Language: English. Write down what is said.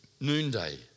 noonday